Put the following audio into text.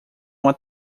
uma